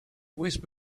wisp